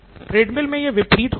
treadmill में यह विपरीत होता है